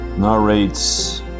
narrates